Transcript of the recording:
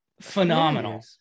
phenomenal